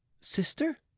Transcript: sister